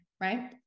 right